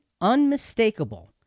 unmistakable